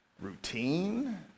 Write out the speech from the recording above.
routine